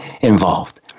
involved